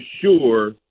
sure